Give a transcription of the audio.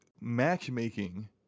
matchmaking